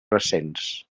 recents